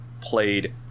played